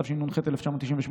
התשנ"ח 1998,